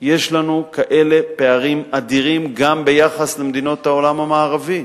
יש לנו כאלה פערים אדירים גם ביחס למדינות העולם המערבי.